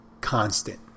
constant